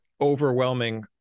overwhelming